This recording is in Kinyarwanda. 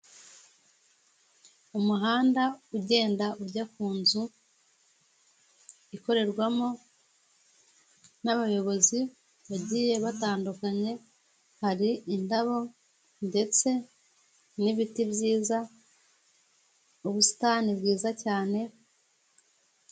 Umuhanda ugenda ujya ku nzu ikorerwamo n'abayobozi bagiye batandukanye, hari indabo ndetse n'ibiti byiza, ubusitani bwiza cyane.